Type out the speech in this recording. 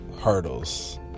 hurdles